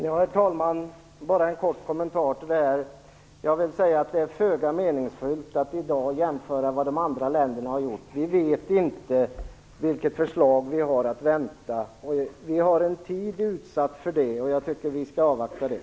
Herr talman! Bara en kort kommentar. Det är föga meningsfullt att i dag jämföra med vad de andra länderna har gjort. Vi vet inte vilket förslag vi har att vänta. Vi har en tid utsatt för förslaget, och jag tycker att vi skall avvakta det.